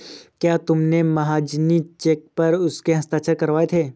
क्या तुमने महाजनी चेक पर उसके हस्ताक्षर करवाए थे?